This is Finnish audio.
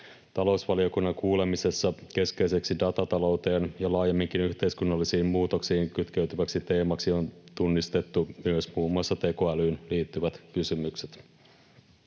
Talousvaliokunnan kuulemisessa keskeiseksi datatalouteen ja laajemminkin yhteiskunnallisiin muutoksiin kytkeytyväksi teemaksi on tunnistettu myös muun muassa tekoälyyn liittyvät kysymykset.